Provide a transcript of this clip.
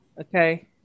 Okay